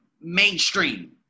mainstream